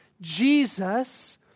Jesus